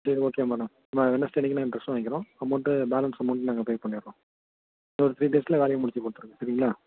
சரி okay madam நம்ம Wednesday அன்றைக்கு ட்ரெஸ்சு வாங்கிக்கிறோம் அமௌண்ட்டு பேலன்ஸ் அமௌண்ட் நாங்கள் பே பண்ணிடுறோம் இன்னும் ஒரு த்ரீ டேஸ்சில் வேலையை முடித்து கொடுத்துருங்க சரிங்களா